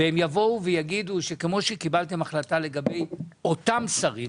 והם יבואו ויגידו שכמו שקיבלתם החלטה לגבי אותם שרים,